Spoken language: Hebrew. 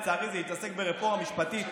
להתעסק ברפורמה המשפטית,